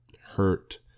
hurt